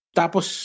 tapos